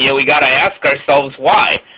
yeah we've got to ask ourselves why.